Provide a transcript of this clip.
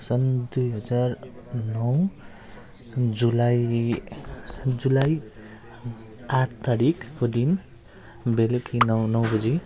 सन् दुई हजार नौ जुलाई जुलाई आठ तारिकको दिन बेलुकी नौ नौ बजी